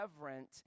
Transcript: reverent